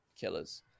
killers